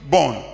born